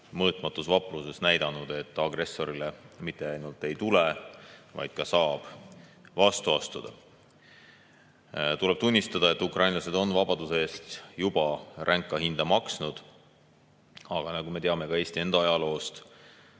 mõõtmatus vapruses näidanud, et agressorile mitte ainult ei tule, vaid ka saab vastu astuda. Tuleb tunnistada, et ukrainlased on vabaduse eest juba ränka hinda maksnud. Aga nagu me teame ka Eesti enda ajaloost,